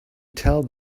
tell